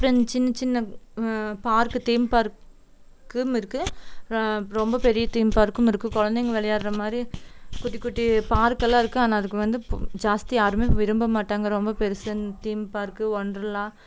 அப்புறம் சின்ன சின்ன பார்க்கு தீம் பார்க்கும் இருக்குது ரொம்ப பெரிய தீம் பார்க்கும் இருக்குது குழந்தைங்க விளையாட்ற மாதிரி குட்டி குட்டி பார்க்கெல்லாம் இருக்குது ஆனால் அதுக்கு வந்து ஜாஸ்தி யாருமே விரும்ப மாட்டாங்க ரொம்ப பெருசுன்னு தீம் பார்க்கு ஒன்டர்லா